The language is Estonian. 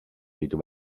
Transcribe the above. liidu